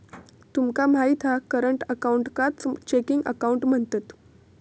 तुमका माहित हा करंट अकाऊंटकाच चेकिंग अकाउंट म्हणतत